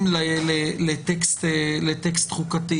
לטקסט חוקתי.